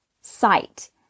sight